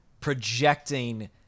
projecting